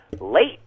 late